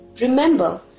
Remember